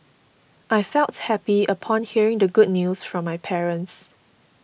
I felt happy upon hearing the good news from my parents